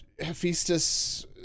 Hephaestus